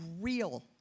real